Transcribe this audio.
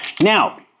Now